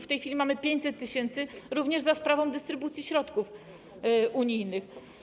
W tej chwili mamy 500 tys., również za sprawą dystrybucji środków unijnych.